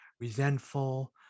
resentful